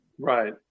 Right